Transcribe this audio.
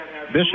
Bishop